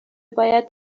باید